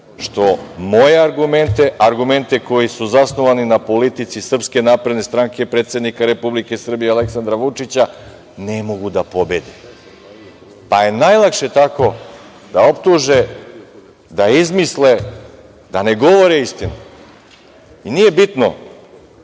što moje argumente, argumente koji su zasnovani na politici SNS, predsednika Republike Srbije, Aleksandra Vučića, ne mogu da pobede, pa je najlakše tako da optuže, da izmisle, da ne govore istinu. Nije bitno